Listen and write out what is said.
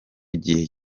gihe